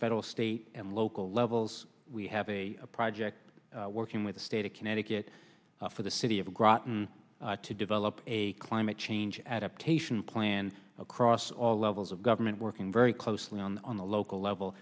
federal state and local levels we have a project working with the state of connecticut for the city of groton to develop a climate change adaptation plan across all levels of government working very closely on on the local level